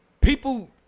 People